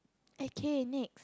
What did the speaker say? okay next